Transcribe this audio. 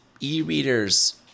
e-readers